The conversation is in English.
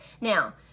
Now